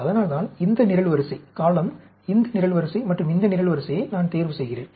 அதனால்தான் இந்த நிரல்வரிசை இந்த நிரல்வரிசை மற்றும் இந்த நிரல்வரிசையை நான் தேர்வு செய்கிறேன்